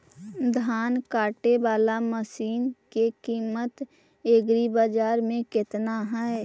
धान काटे बाला मशिन के किमत एग्रीबाजार मे कितना है?